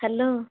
hello